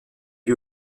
lui